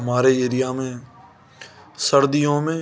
हमारे एरिया में सर्दियों में